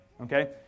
Okay